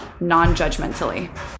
non-judgmentally